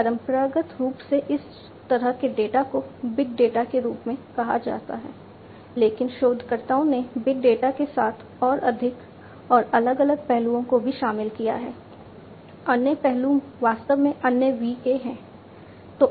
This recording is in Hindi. परंपरागत रूप से इस तरह के डेटा को बिग डेटा के रूप में कहा जाता था लेकिन शोधकर्ताओं ने बिग डेटा के साथ और अधिक और अलग पहलुओं को भी शामिल किया अन्य पहलू वास्तव में अन्य V के हैं